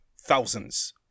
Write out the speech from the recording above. thousands